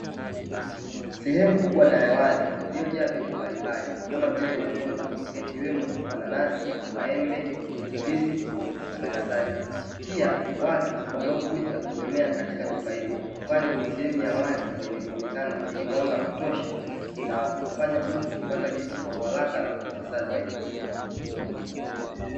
Sehemu kubwa na ya wazi iliyojaa vitu mbalimbali kama vile matunda yakiwemo, mananasi, maembe ndizi na kadhalika. Pia watu wanao kuja kuhemea katika duka hilo kwani ni sehemu ya wazi yenye kuonekana yenye mwanga wakutosha nakumfanya mtu kupata kitu kwa uharaka na kwa ufasaha zaidi.